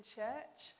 church